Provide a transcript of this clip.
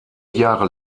jahre